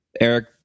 Eric